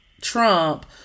Trump